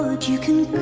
like you can.